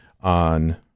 on